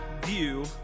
view